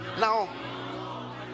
Now